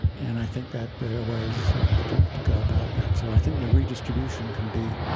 and i think that there are ways to to go about that. so i think the redistribution can be